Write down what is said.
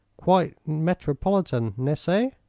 quite metropolitan, ne c'e?